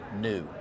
new